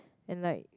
and like